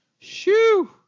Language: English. shoo